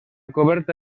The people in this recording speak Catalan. coberta